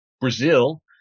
Brazil